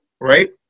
right